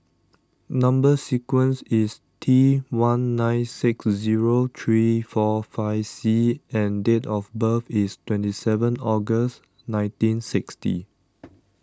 Number Sequence is T one nine six zero three four five C and date of birth is twenty seven August nineteen sixty